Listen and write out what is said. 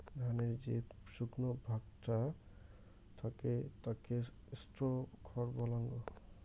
ধানের যে শুকনো ভাগটা থাকে তাকে স্ট্র বা খড় বলাঙ্গ